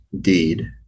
deed